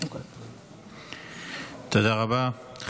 תודה רבה.